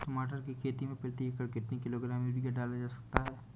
टमाटर की खेती में प्रति एकड़ कितनी किलो ग्राम यूरिया डाला जा सकता है?